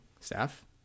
staff